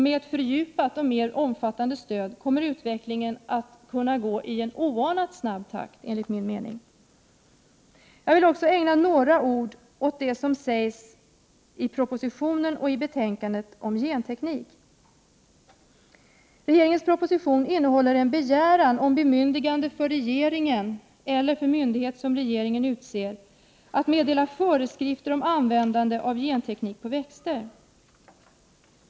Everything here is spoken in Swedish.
Med ett fördjupat och mer omfattande stöd kommer utvecklingen att kunna gå i en oanat snabb takt, enligt min mening. Jag vill också ägna några ord åt det som sägs i propositionen och betänkandet om genteknik. Regeringens proposition innehåller en begäran om bemyndigande för regeringen eller för myndighet som regeringen utser att meddela föreskrifter om användande av genteknik på växter.